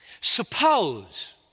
Suppose